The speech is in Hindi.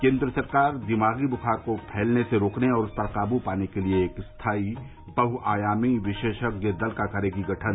केंद्र सरकार दिगामी बुखार को फैलने से रोकने और उस पर काबू पाने के लिए एक स्थायी बहुआयामी विशेषज्ञ दल का करेगी गठन